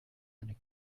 eine